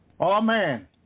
Amen